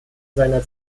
seiner